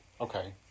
Okay